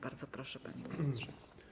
Bardzo proszę, panie ministrze.